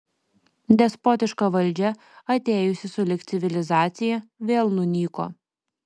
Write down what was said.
despotiška valdžia atėjusi sulig civilizacija vėl nunyko